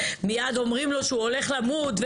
מיד אומרים לו שהוא הולך למות.